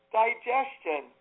digestion